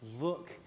look